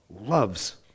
loves